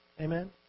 Amen